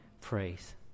praise